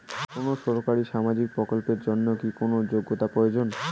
কোনো সরকারি সামাজিক প্রকল্পের জন্য কি কোনো যোগ্যতার প্রয়োজন?